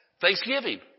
Thanksgiving